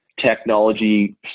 technology